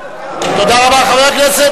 רבותי חברי הכנסת,